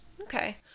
Okay